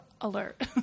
alert